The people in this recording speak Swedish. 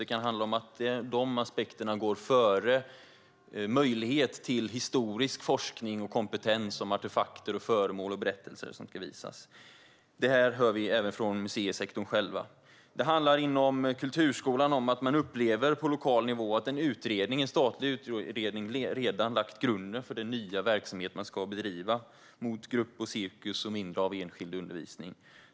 Det kan handla om att de aspekterna går före möjlighet till historisk forskning och kompetens om artefakter, föremål och berättelser som ska visas. Det hör vi även från museisektorn själv. Det handlar inom kulturskolan om att man på lokal nivå upplever att en statlig utredning redan lagt grunden för den nya verksamhet den ska bedriva mot grupp och cirkus och mindre av enskild undervisning.